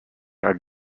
are